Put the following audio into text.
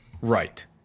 Right